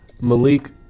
Malik